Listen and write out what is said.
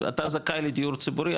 אתה זכאי לדיור ציבורי,